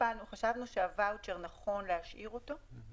חשבנו שנכון להשאיר את הואוצ'ר,